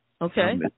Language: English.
Okay